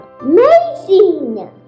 amazing